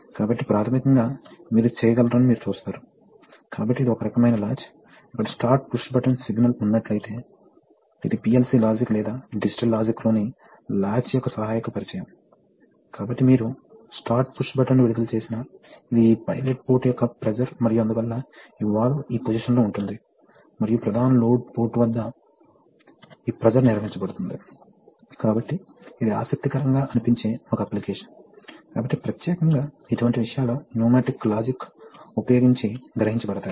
కాబట్టి ప్రారంభంలో రిజనరేషన్ ఉంది కాబట్టి పంపు ప్రవాహం రేటు వేగం ఎక్కువగా ఉంటుంది చివరికి అధిక ఫోర్స్ ఎదురైంది అది ఆ ప్రవాహం రేటు వద్ద ప్రైమ్ మూవర్ చేత మద్దతు ఇవ్వబడదు